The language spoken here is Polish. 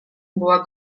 była